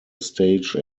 stage